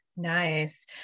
Nice